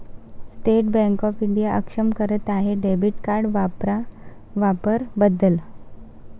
state bank of India अक्षम करत आहे डेबिट कार्ड वापरा वापर बदल